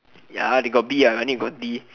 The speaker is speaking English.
ya they got B ah I only got D